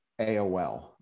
AOL